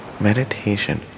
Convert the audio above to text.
Meditation